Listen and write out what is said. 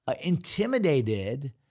intimidated